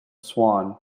swan